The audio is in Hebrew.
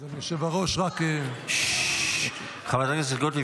אדוני היושב-ראש ------ חברת הכנסת גוטליב,